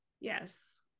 yes